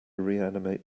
reanimate